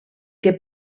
que